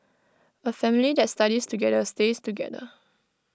A family that studies together stays together